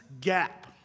Gap